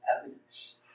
evidence